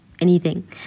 anything